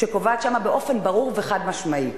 שקובעת שם באופן ברור וחד-משמעי: